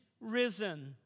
risen